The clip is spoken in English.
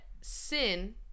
sin